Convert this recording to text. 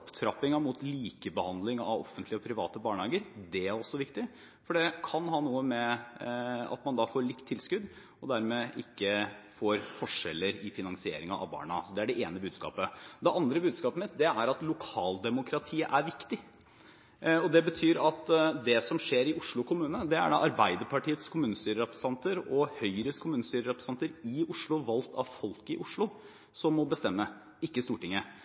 mot likebehandling av offentlige og private barnehager. Det er også viktig, for det kan ha noe å gjøre med at man da får likt tilskudd og dermed ikke får forskjeller i finansieringen av barna. Så det er det ene budskapet. Det andre budskapet mitt er at lokaldemokratiet er viktig. Det betyr at det som skjer i Oslo kommune, er det Arbeiderpartiets og Høyres kommunestyrerepresentanter i Oslo, valgt av folket i Oslo, som må bestemme – ikke Stortinget.